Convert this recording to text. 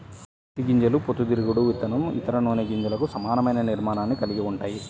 పత్తి గింజలు పొద్దుతిరుగుడు విత్తనం, ఇతర నూనె గింజలకు సమానమైన నిర్మాణాన్ని కలిగి ఉంటాయి